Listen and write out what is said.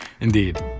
Indeed